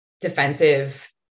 defensive